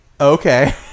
okay